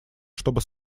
чтобы